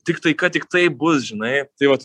tiktai kad tiktai bus žinai tai vat